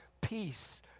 peace